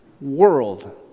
world